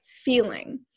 feeling